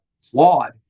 flawed